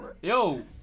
Yo